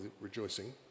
rejoicing